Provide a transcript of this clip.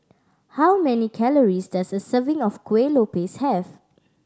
how many calories does a serving of Kuih Lopes have